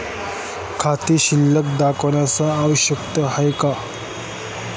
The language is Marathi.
खात्यातील शिल्लक दाखवणे आवश्यक आहे का?